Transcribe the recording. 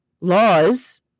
laws